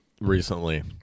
Recently